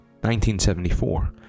1974